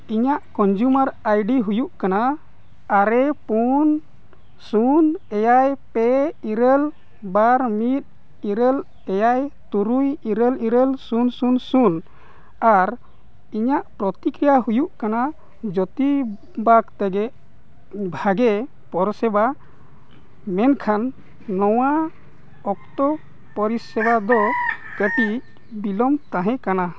ᱤᱧᱟᱹᱜ consumer ID ᱦᱩᱭᱩᱜ ᱠᱟᱱᱟ ᱟᱨᱮ ᱯᱩᱱ ᱥᱩᱱ ᱮᱭᱟᱭ ᱯᱮ ᱤᱨᱟᱹᱞ ᱵᱟᱨ ᱢᱤᱫ ᱤᱨᱟᱹᱞ ᱮᱭᱟᱭ ᱛᱩᱨᱩᱭ ᱤᱨᱟᱹᱞ ᱤᱨᱟᱹᱞ ᱥᱩᱱ ᱥᱩᱱ ᱥᱩᱱ ᱟᱨ ᱤᱧᱟᱹᱜ ᱯᱨᱚᱛᱤᱠᱟ ᱦᱩᱭᱩᱜ ᱠᱟᱱᱟ ᱡᱳᱛᱤ ᱵᱟᱜᱽ ᱛᱮᱜᱮ ᱵᱷᱟᱜᱮ ᱯᱚᱨᱤᱥᱮᱵᱟ ᱢᱮᱱᱠᱷᱟᱱ ᱱᱚᱣᱟ ᱚᱠᱛᱚ ᱯᱚᱨᱤᱥᱮᱵᱟ ᱫᱚ ᱠᱟᱹᱴᱤᱡ ᱵᱤᱞᱚᱢ ᱛᱟᱦᱮᱸ ᱠᱟᱱᱟ